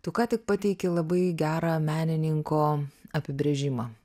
tu ką tik pateiki labai gerą menininko apibrėžimą